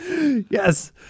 Yes